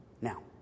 Now